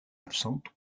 absentes